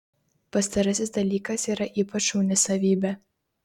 pastarasis dalykas yra ypač šauni savybė